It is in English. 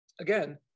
again